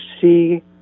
see